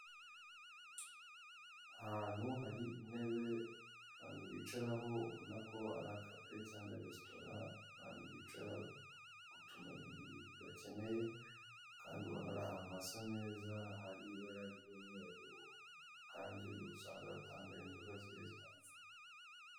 Ahantu hari intebe abantu bicaraho ubona ko ari akabari cyangwa resitora abantu bicara batuma ibintu bakeneye, kandi ubona ari ahantu hasa neza hari ibara ry'umweru kandi usanga hari inzoga zigiye zitandukanye.